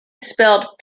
spelled